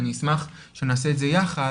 אני אשמח שנעשה את זה יחד